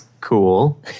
cool